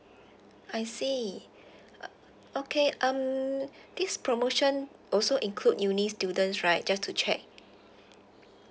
I see okay um this promotion also include uni students right just to check